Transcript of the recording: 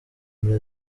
muri